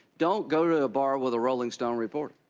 don't go to the bar with a rolling stone reporter.